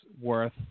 worth